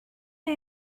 her